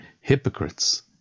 hypocrites